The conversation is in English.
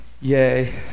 Yay